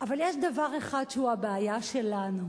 אבל יש דבר אחד שהוא הבעיה שלנו,